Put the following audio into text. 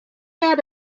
add